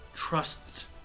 trust